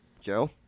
Joe